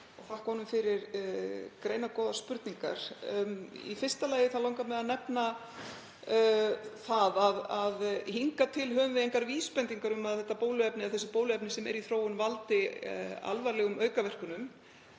þakka honum fyrir greinargóðar spurningar. Í fyrsta lagi langar mig að nefna að hingað til höfum við engar vísbendingar um að þau bóluefni sem eru í þróun valdi alvarlegum aukaverkunum,